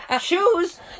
shoes